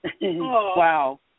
Wow